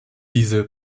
diese